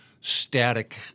static